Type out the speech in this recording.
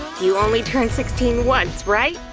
you only turn sixteen once, right?